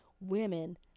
women